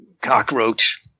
cockroach